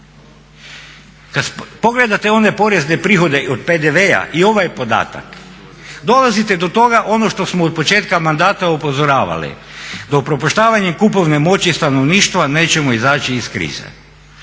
Kad pogledate one porezne prihode od PDV-a i ovaj podatak dolazite do toga ono što smo od početka mandata upozoravali da upropaštavanjem kupovne moći stanovništva nećemo izaći iz krize.